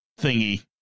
thingy